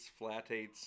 flatates